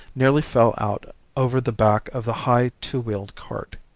nearly fell out over the back of the high two-wheeled cart.